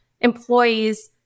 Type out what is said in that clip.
employees